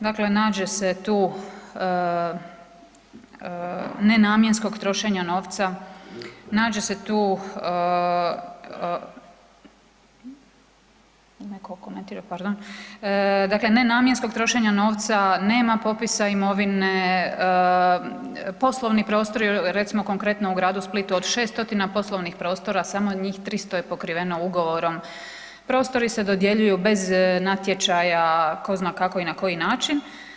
Dakle, nađe se tu nenamjenskog trošenja novca, nađe se tu, neko komentira, pardon, dakle nenamjenskog trošenja novca, nema popisa imovine, poslovni prostori, recimo konkretno u gradu Splitu, od 6 stotina poslovnih prostora samo njih 300 je pokriveno ugovorom, prostori se dodjeljuju bez natječaja, ko zna kako i na koji način.